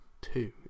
two